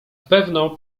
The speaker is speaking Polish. pewno